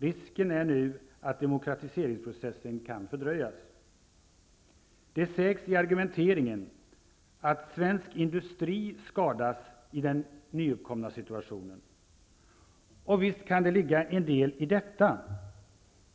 Risken är nu att demokratiseringsprocessen fördröjs. Det sägs i argumenteringen att svensk industri skadas i den nyuppkomna situationen. Och visst kan det ligga en del i detta